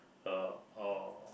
uh our